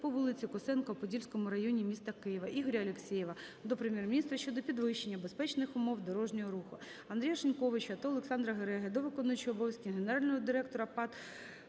по вулиці Косенка у Подільському районі міста Києва. Ігоря Алексєєва до Прем'єр-міністра щодо підвищення безпечних умов дорожнього руху.